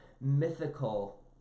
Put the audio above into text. mythical